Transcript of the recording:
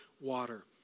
water